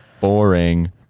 boring